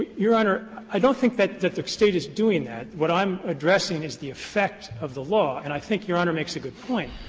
your honor, i don't think that that the state is doing that. what i'm addressing is the effect of the law, and i think your honor makes a good point,